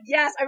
Yes